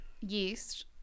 yeast